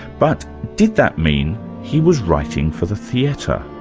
but did that mean he was writing for the theatre?